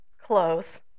Close